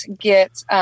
get